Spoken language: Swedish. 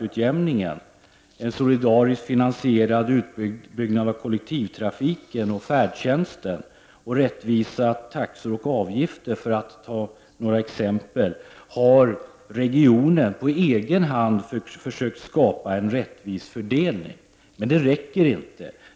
utbyggnad av kollektivtrafiken och färdtjänsten samt rättvisa taxor och avgifter, för att nämna några exempel, har regionen på egen hand försökt skapa en rättvis fördelning. Men det räcker inte.